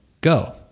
go